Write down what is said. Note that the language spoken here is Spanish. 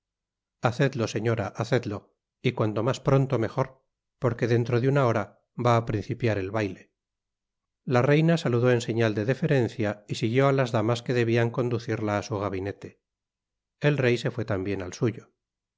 hacedlo señora hacedlo y cuanto mas pronto mejor porque dentro de una hora va á principiar el baile la reina saludó en señal de deferencia y siguió á las damas que debian conducirla á su gabinete el rey se fué tambien al suyo